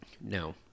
No